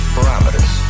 Parameters